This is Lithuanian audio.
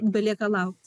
belieka laukt